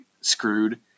screwed